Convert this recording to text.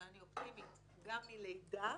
אני אופטימית גם מלידה